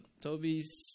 Toby's